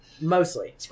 Mostly